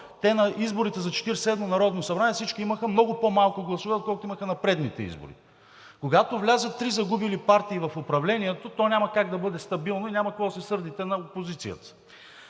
събрание всички имаха много по-малко гласове, отколкото имаха на предните избори. Когато влязат три загубили партии в управлението, то няма как да бъде стабилно и няма какво да се сърдите на опозицията.